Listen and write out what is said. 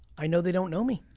i know they don't know me.